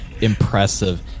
impressive